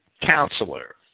Counselor